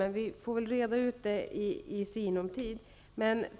Men vi får väl reda ut det i sinom tid.